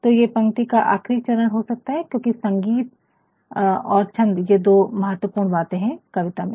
तो ये पंक्ति का आखिरी चरण हो सकता है क्योकि संगीत और छंद ये दो महत्वपूर्ण बातें है कविता में